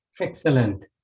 Excellent